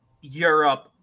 Europe